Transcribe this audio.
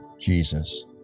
Jesus